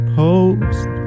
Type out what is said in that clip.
post